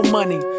money